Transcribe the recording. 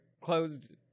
Closed